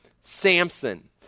Samson